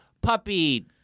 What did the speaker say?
puppy